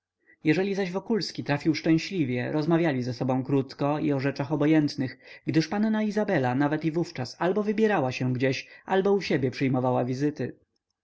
jeżeli zaś wokulski trafił szczęśliwie rozmawiali ze sobą krótko i o rzeczach obojętnych gdyż panna izabela nawet i wówczas albo wybierała się gdzieś albo u siebie przyjmowała wizyty